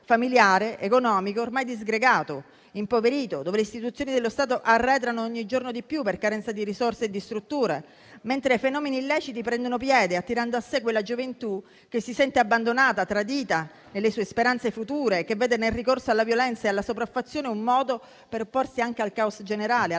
familiare e economico ormai disgregato, impoverito, in cui le istituzioni dello Stato arretrano ogni giorno di più per carenza di risorse e di strutture, mentre i fenomeni illeciti prendono piede, attirando a sé quella gioventù che si sente abbandonata e tradita nelle sue speranze future e che vede nel ricorso alla violenza e alla sopraffazione un modo per opporsi anche al caos generale,